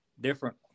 different